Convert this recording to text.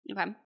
Okay